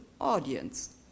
audience